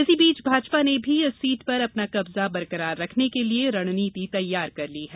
इसी बीच भाजपा ने भी इस सीट पर अपना कब्जा बरकरार रखने के लिये रणनीति तैयार कर ली है